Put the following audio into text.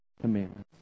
commandments